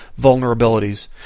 vulnerabilities